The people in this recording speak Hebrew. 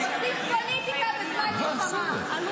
עושים פוליטיקה בזמן מלחמה.